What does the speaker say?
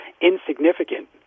insignificant